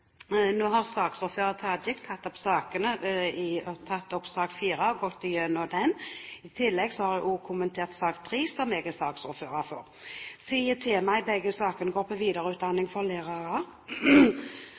Nå har saksordføreren, Tajik, tatt opp sak nr. 4 og gått igjennom den. I tillegg har hun også kommentert sak nr. 3, som jeg er saksordfører for. Siden temaene i begge sakene gjelder videreutdanning for lærere, er det den samme argumentasjonen som går